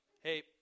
hey